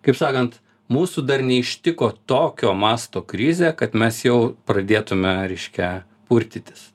kaip sakant mūsų dar neištiko tokio masto krizė kad mes jau pradėtume reiškia purtytis